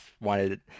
wanted